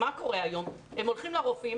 היום הם הולכים לרופאים,